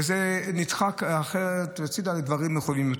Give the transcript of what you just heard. וזה נדחק הצידה לדברים אחרים.